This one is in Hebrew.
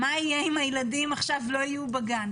מה יהיה אם הילדים עכשיו לא יהיו בגן,